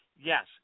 Yes